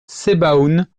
sebaoun